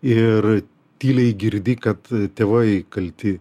ir tyliai girdi kad tėvai kalti